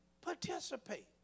Participate